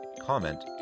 comment